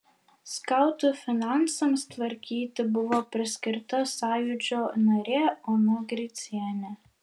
skautų finansams tvarkyti buvo paskirta sąjūdžio narė ona gricienė